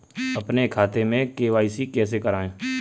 अपने खाते में के.वाई.सी कैसे कराएँ?